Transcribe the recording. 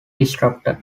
disrupted